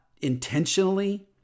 intentionally